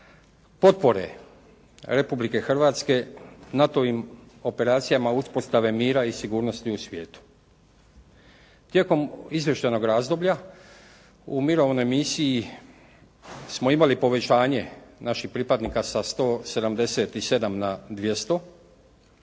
potpore Republike Hrvatske NATO-ovim operacijama uspostave mira i sigurnosti u svijetu. Tijekom izvještajnog razdoblja u mirovnoj misiji smo imali povećanje naših pripadnika sa 177 na 200